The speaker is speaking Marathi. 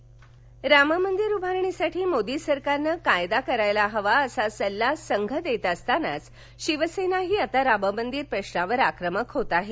शिवसेना राम मंदिर उभारणीसाठी मोदी सरकारनं कायदा करायला हवा असा सल्ला संघ देत असतानाच शिवसेनाही आता राममंदीर प्रश्नावर आक्रमक होते आहे